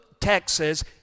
Texas